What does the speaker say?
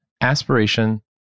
aspiration